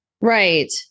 right